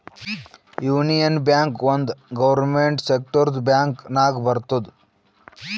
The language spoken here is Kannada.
ಯೂನಿಯನ್ ಬ್ಯಾಂಕ್ ಒಂದ್ ಗೌರ್ಮೆಂಟ್ ಸೆಕ್ಟರ್ದು ಬ್ಯಾಂಕ್ ನಾಗ್ ಬರ್ತುದ್